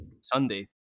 Sunday